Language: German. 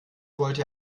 wollte